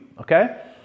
okay